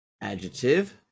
adjective